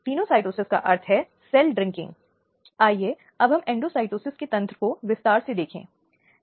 इसलिए POCSO अधिनियम 2012 ने वास्तव में उन मुद्दों के संबंध में एक अंतर बनाया है जहां यह बाल यौन शोषण से संबंधित है विशेष रूप से युवा लड़कियों के